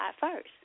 first